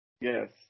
Yes